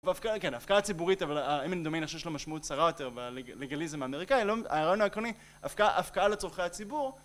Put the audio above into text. כן, ההפקעה הציבורית, אבל אם אני מדומין, אני חושב שיש לה משמעות שרה יותר בלגליזם האמריקאי, הרעיון העקרוני, ההפקעה לצורכי הציבור